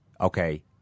okay